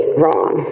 wrong